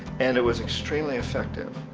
and it was extremely effective.